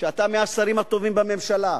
שאתה מהשרים הטובים בממשלה,